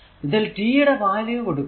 ഇതിൽ t യുടെ value കൊടുക്കുക